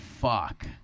Fuck